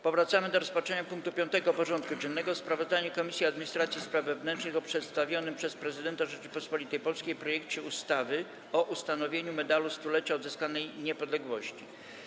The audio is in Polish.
Powracamy do rozpatrzenia punktu 5. porządku dziennego: Sprawozdanie Komisji Administracji i Spraw Wewnętrznych o przedstawionym przez Prezydenta Rzeczypospolitej Polskiej projekcie ustawy o ustanowieniu Medalu Stulecia Odzyskanej Niepodległości.